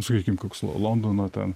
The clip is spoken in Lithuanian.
sakykim koks londono ten